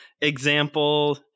example